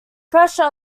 pressure